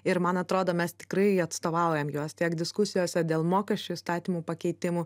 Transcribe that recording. ir man atrodo mes tikrai atstovaujam juos tiek diskusijose dėl mokesčių įstatymų pakeitimų